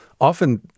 Often